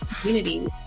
community